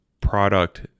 product